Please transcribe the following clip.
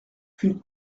qu’une